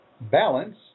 Balance